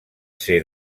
ser